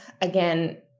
again